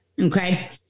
okay